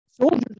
Soldiers